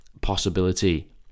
possibility